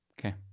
Okay